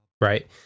Right